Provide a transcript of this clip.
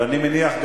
ואני מניח,